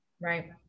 Right